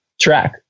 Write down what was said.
track